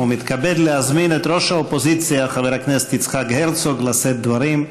ומתכבד להזמין את ראש האופוזיציה חבר הכנסת יצחק הרצוג לשאת דברים.